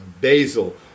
Basil